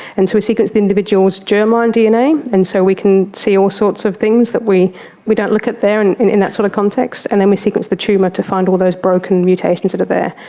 and so we sequence the individual's germline dna, and so we can see all sorts of things that we we don't look at there and in that sort of context. and then we sequence the tumour to find all those broken mutations that are there.